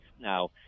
Now